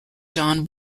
john